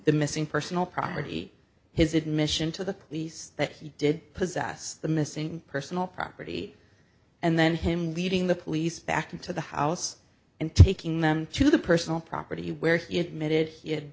the missing personal property his admission to the police that he did possess the missing personal property and then him leading the police back into the house and taking them to the personal property where he admitted